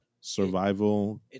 survival